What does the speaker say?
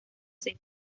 seis